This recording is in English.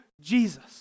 Jesus